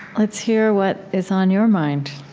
let's hear what is on your mind